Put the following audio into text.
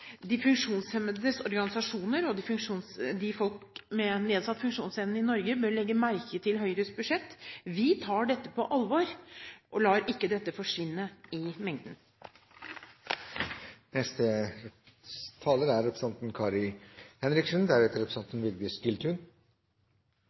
De funksjonshemmedes organisasjoner og de med nedsatt funksjonsevne i Norge bør legge merke til Høyres budsjett. Vi tar dette på alvor og lar ikke dette forsvinne i mengden.